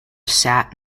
sat